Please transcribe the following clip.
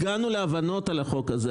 הגענו להבנות על החוק הזה,